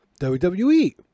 wwe